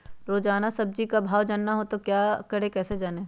रोजाना सब्जी का भाव जानना हो तो क्या करें कैसे जाने?